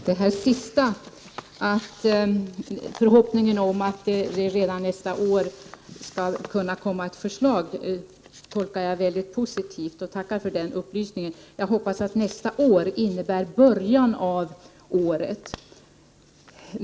Herr talman! Det senaste jordbruksministern sade, att han hade en förhoppning om att det redan nästa år skall kunna komma ett förslag, tolkar jag positivt. Jag tackar för den upplysningen. Jag hoppas att ”nästa år” innebär början av året.